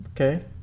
Okay